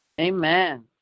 Amen